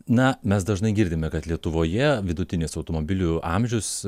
na mes dažnai girdime kad lietuvoje vidutinis automobilių amžius